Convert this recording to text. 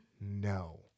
No